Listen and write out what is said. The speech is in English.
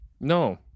No